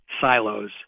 silos